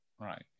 Right